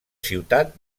ciutat